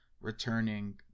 returning